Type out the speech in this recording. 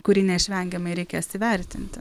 kurį neišvengiamai reikės įvertinti